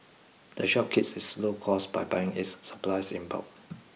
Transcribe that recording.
the shop keeps its low costs by buying its supplies in bulk